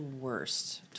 worst